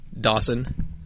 Dawson